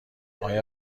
آیا